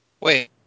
Wait